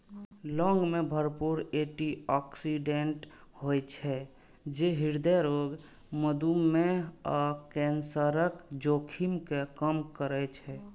लौंग मे भरपूर एटी ऑक्सिडेंट होइ छै, जे हृदय रोग, मधुमेह आ कैंसरक जोखिम कें कम करै छै